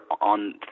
on